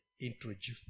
introduce